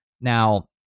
Now